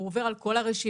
הוא עובר על כל הרשימה?